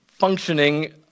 functioning